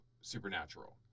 Supernatural